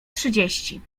trzydzieści